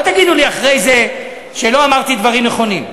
אל תגידו לי אחרי זה שלא אמרתי דברים נכונים.